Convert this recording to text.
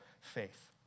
faith